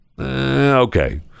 okay